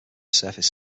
surface